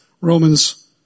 Romans